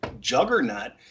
juggernaut